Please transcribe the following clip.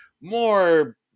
more